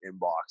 inbox